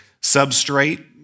substrate